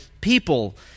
people